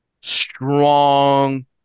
strong